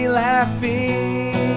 laughing